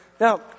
Now